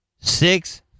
Six